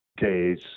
days